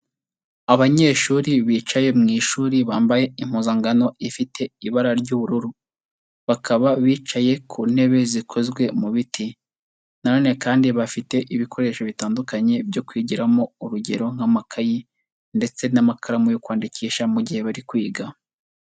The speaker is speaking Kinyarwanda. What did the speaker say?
Abanyeshuri bicaye mu ishuri bambaye impuzankano ifite ibara ry'ubururu, bakaba bicaye ku ntebe zikozwe mu biti na none kandi bafite ibikoresho bitandukanye byo kwigiramo urugero, nk'amakayi ndetse n'amakaramu yo kwandikisha mu gihe bari kwiga.